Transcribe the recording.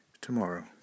tomorrow